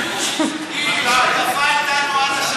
אני, חברי הכנסת לוי ורוזין.